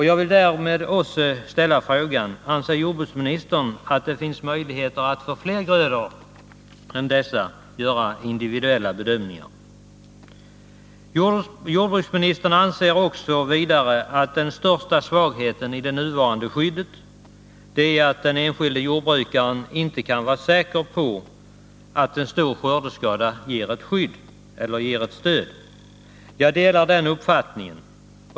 Jag vill därmed också ställa frågan: Anser jordbruksministern att det finns möjligheter att för fler grödor än dessa göra individuella bedömningar? Jordbruksministern anser vidare att den största svagheten i det nuvarande skyddet är att den enskilde jordbrukaren inte kan vara säker på att en stor skördeskada berättigar till stöd. Jag delar den uppfattningen.